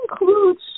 includes